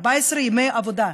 14 ימי עבודה.